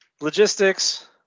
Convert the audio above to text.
Logistics